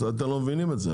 אתם לא מבינים את זה?